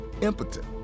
impotent